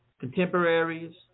contemporaries